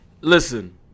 listen